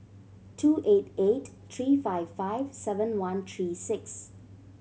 two eight eight three five five seven one three six